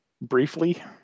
Briefly